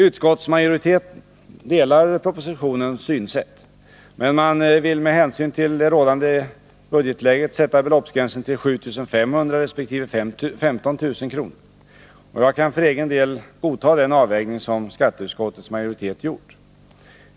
Utskottsmajoriteten delar propositionens synsätt. Men man vill med hänsyn till det rådande budgetläget sätta beloppsgränsen till 7 500 resp. 15 000 kr. Jag kan för egen del godta den avvägning som skatteutskottets majoritet gjort.